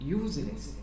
useless